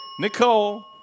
Nicole